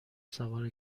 سوار